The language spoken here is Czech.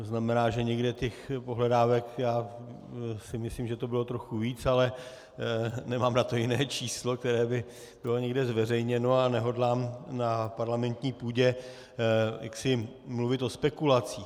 To znamená, že někde těch pohledávek já si myslím, že to bylo trochu víc, ale nemám na to jiné číslo, které by bylo někde zveřejněno a nehodlám na parlamentní půdě mluvit o spekulacích.